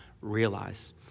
realize